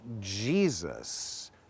Jesus